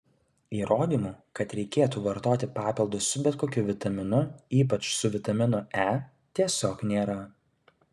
įrodymų kad reikėtų vartoti papildus su bet kokiu vitaminu ypač su vitaminu e tiesiog nėra